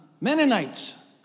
Mennonites